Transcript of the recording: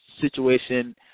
situation